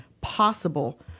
possible